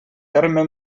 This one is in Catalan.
terme